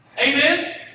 Amen